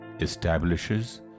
establishes